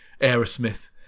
Aerosmith